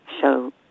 show